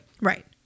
Right